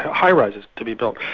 high rises, to be built.